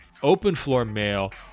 OpenFloorMail